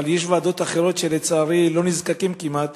אבל יש ועדות אחרות שלצערי לא נזקקות כמעט